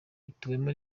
ituwemo